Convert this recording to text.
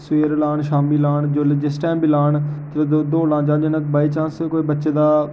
सबैह्रे लान शामीं लान जौल्ले जिस टैम बी लान ते दौड़ां लान बाई चांस कोई बच्चे दा